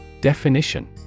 Definition